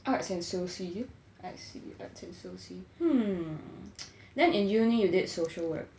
arts and soci I see arts and soci hmm then in uni you did social work